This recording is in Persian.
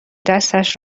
دستش